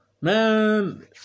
Man